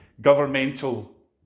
governmental